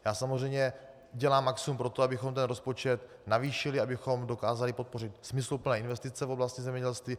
Já samozřejmě dělám maximum pro to, abychom ten rozpočet navýšili, abychom dokázali podpořit smysluplné investice v oblasti zemědělství.